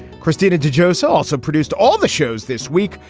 christina de jozo also produced all the shows this week.